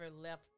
left